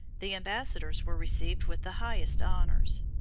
the embassadors were received with the highest honors.